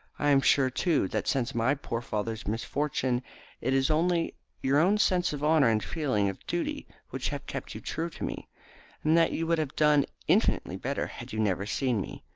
i am sure, too, that since my poor father's misfortune it is only your own sense of honour and feeling of duty which have kept you true to me, and that you would have done infinitely better had you never seen me.